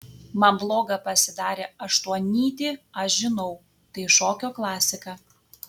man bloga pasidarė aštuonnytį aš žinau tai šokio klasika